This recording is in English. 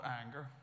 anger